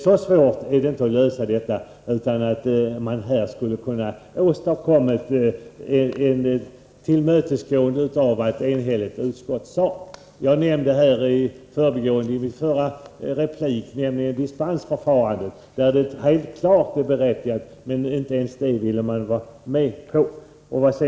Så svårt är det inte att lösa detta problem, att man inte kunde ha tillmötesgått vad ett enigt utskott sade. Jag nämnde i förbigående i min förra replik dispensförfarandet, som helt klart är berättigat. Men inte ens detta ville socialdemokraterna vara med på.